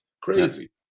crazy